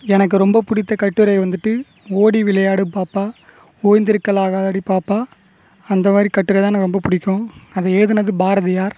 எனக்கு ரொம்ப பிடித்த கட்டுரை வந்துட்டு ஓடி விளையாடு பாப்பா ஓய்ந்திருக்கலாகாது ஆகாதுடி பாப்பா அந்த வரி கட்டுரை தான் எனக்கு ரொம்ப பிடிக்கும் அதை எழுதினது பாரதியார்